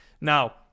Now